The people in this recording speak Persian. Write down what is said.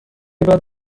بعد